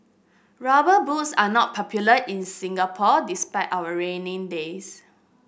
rubber boots are not popular in Singapore despite our rainy days